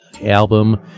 album